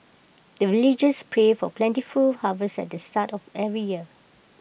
the villagers pray for plentiful harvest at the start of every year